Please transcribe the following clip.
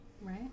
Right